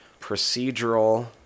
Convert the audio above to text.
procedural